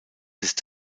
ist